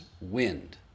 wind